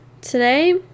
Today